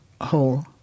whole